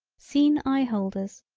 seen eye holders,